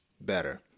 better